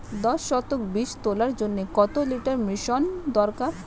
দশ শতক বীজ তলার জন্য কত লিটার মিশ্রন দরকার?